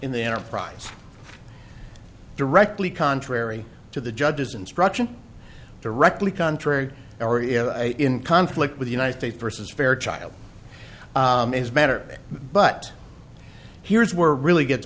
in the enterprise directly contrary to the judge's instruction directly contrary in conflict with the united states versus fairchild is better but here's where really gets